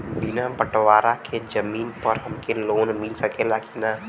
बिना बटवारा के जमीन पर हमके लोन मिल सकेला की ना?